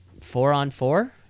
Four-on-four